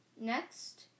Next